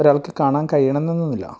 ഒരാൾക്ക് കാണാൻ കഴിയണംന്നൊന്നുവില്ല